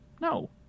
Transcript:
No